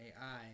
AI